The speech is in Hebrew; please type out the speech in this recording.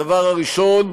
הדבר הראשון,